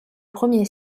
premier